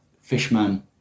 fishman